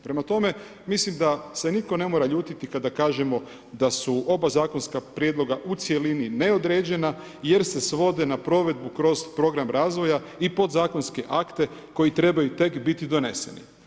Prema tome, mislim da se nitko ne mora ljutiti kada kažemo da su oba zakonska prijedloga u cjelini neodređene jer se svode na provedbu kroz program razvoja i podzakonske akte koji trebaju tek biti doneseni.